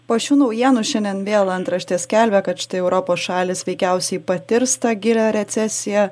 po šių naujienų šiandien vėl antraštė skelbė kad štai europos šalys veikiausiai patirs tą gilią recesiją